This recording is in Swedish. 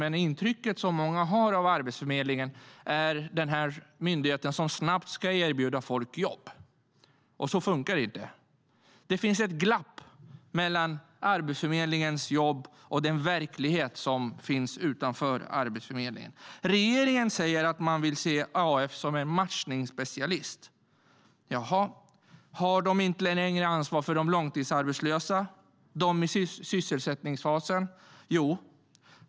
Men det intryck många har är att Arbetsförmedlingen är den myndighet som snabbt ska erbjuda folk jobb. Så fungerar det inte. Det finns ett glapp mellan Arbetsförmedlingens jobb och den verklighet som finns utanför Arbetsförmedlingen.Regeringen säger att de vill se AF som en matchningsspecialist. Har de inte längre ansvar för de långtidsarbetslösa, de i sysselsättningsfasen? Jo.